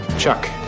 chuck